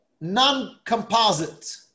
non-composite